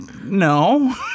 No